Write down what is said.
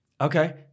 Okay